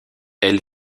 elle